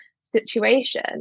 situation